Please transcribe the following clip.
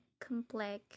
complex